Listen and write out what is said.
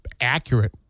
accurate